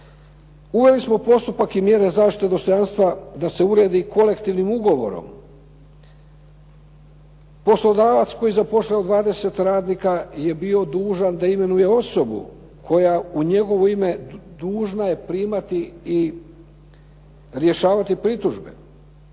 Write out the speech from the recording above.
Uveli smo postupak i mjere zaštite dostojanstva da se uredi kolektivnim ugovorom. Poslodavac koji zapošljava 20 radnika je bio dužan da imenuje osobu koja u njegovo ime dužna je primati i rješavati pritužbe.